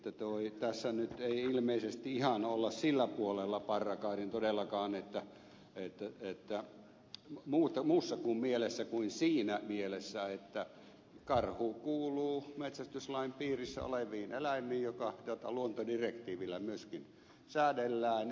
miedolle että tässä nyt ei ilmeisesti ihan olla sillä puolella barrikadin todellakaan muussa mielessä kuin siinä mielessä että karhu kuuluu metsästyslain piirissä oleviin eläimiin jota lakia luontodirektiivillä myöskin säädellään